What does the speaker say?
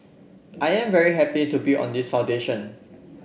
I am very happy to build on this foundation